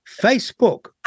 Facebook